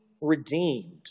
redeemed